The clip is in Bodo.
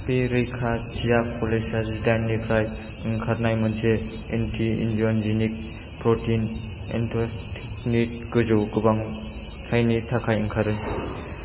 बे रैखाथिया कलेजा जिदाइन निफ्राय ओंखारनाय मोनसे एन्टी एन्जियजेनिक प्रटीन एन्डस्टैटिननि गोजौ गोबांथायनि थाखाय ओंखारो